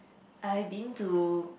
I been to